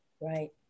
Right